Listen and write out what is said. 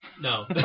No